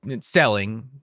Selling